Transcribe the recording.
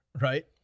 right